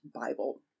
Bible